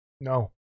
No